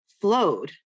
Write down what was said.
flowed